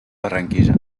barranquilla